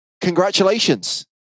congratulations